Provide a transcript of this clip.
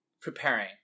Preparing